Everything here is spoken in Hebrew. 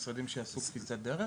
משרדים שעשו קפיצת דרך?